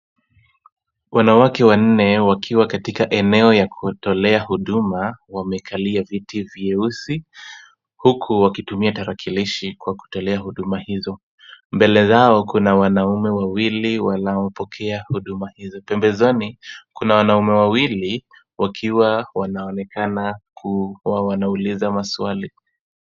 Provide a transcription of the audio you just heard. Wanawake wanne wakiwa katika eneo la kutolea huduma, wamekalia viti vyeusi, huku wakitumia tarakilishi kwa kutolea huduma hizo. Mbele yao kuna wanaume wawili wanaopokea huduma hizo. Pembezoni, kuna wanaume wawili wakiwa wanaonekana kuwa wanauliza maswali.